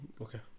okay